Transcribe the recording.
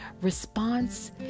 Response